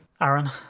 Aaron